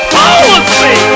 policy